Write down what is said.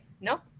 No